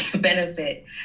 benefit